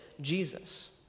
Jesus